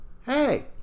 hey